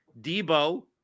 Debo